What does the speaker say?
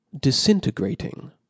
Disintegrating